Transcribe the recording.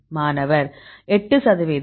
மாணவர் 8 சதவீதம்